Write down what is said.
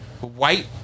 White